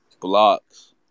blocks